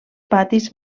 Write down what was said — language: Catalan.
patis